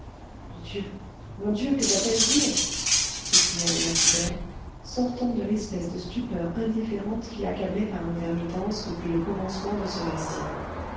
mon dieu mon dieu que va-t-elle dire s'écria le lapidaire sortant de l'espèce de stupeur indifférente qui l'accablait par intermittence depuis le commencement de ce récit